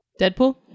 Deadpool